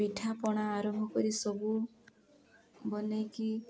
ପିଠାପଣା ଆରମ୍ଭ କରି ସବୁ ବନେଇକି